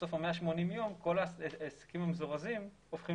בסוף ה-180 ימים כל העסקים המזורזים הופכים